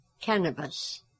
cannabis